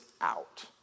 out